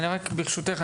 אז ברשותך,